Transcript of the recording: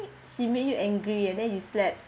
she make you angry and then you slept